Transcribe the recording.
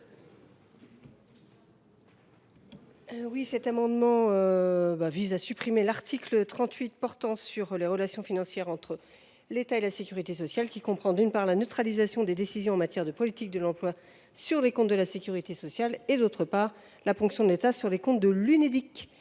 Cet amendement vise à supprimer l’article portant sur les relations financières entre l’État et la sécurité sociale, qui comprend, d’une part, la neutralisation des décisions en matière de politique de l’emploi sur les comptes de la sécurité sociale et, d’autre part, la ponction de l’État sur les comptes de l’Unédic,